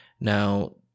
Now